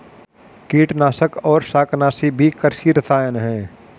कीटनाशक और शाकनाशी भी कृषि रसायन हैं